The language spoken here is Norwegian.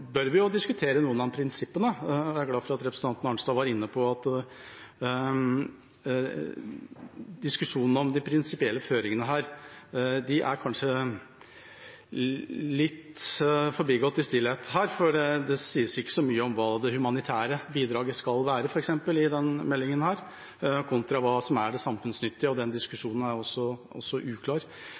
bør vi diskutere noen av prinsippene. Jeg er glad for at representanten Arnstad var inne på at diskusjonen om de prinsipielle føringene kanskje er litt forbigått i stillhet her, for det sies f.eks. ikke så mye om hva det humanitære bidraget skal være i denne meldingen, kontra hva som er det samfunnsnyttige. Den diskusjonen er også uklar.